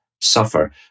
suffer